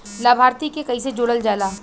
लभार्थी के कइसे जोड़ल जाला?